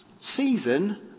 season